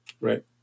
Right